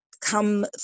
come